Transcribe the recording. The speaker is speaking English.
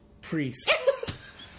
priest